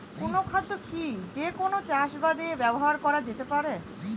অনুখাদ্য কি যে কোন চাষাবাদে ব্যবহার করা যেতে পারে?